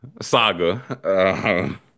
saga